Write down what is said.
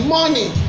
Money